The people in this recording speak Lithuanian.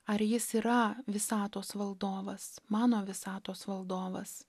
ar jis yra visatos valdovas mano visatos valdovas